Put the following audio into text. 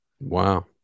Wow